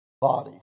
body